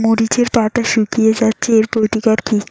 মরিচের পাতা শুকিয়ে যাচ্ছে এর প্রতিকার কি?